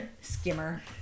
Skimmer